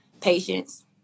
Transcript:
patience